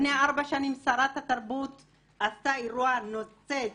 לפני ארבע שנים שרת התרבות עשתה אירוע נוצץ